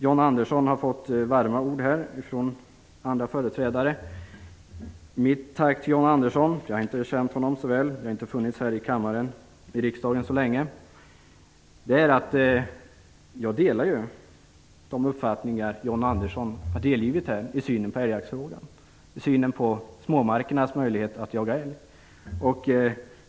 John Andersson har fått varma ord från olika företrädare. Jag känner inte honom så väl för jag har inte varit i riksdagen så länge. Jag delar de uppfattningar som John Andersson har delgivit här i älgjaktsfrågan om de små markägarnas möjligheter att jaga älg.